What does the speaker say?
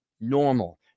normal